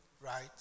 right